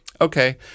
okay